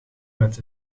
wet